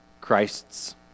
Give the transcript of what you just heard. Christ's